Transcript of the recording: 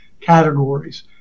categories